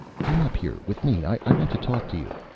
come up here with me. i want to talk to you.